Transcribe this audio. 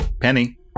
Penny